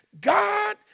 God